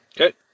Okay